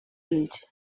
fills